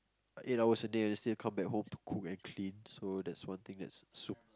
eight hours a day and still need come back home to cook and clean so that's one thing that's sup~